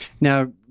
Now